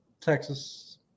Texas